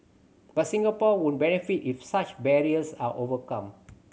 but Singapore would benefit if such barriers are overcome